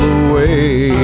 away